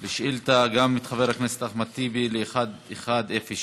גם את חבר הכנסת אחמד טיבי לשאילתה 1106,